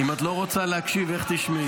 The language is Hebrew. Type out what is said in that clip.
אם את לא רוצה להקשיב, איך תשמעי?